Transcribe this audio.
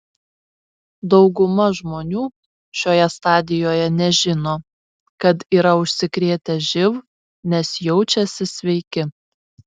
dauguma žmonių šioje stadijoje nežino kad yra užsikrėtę živ nes jaučiasi sveiki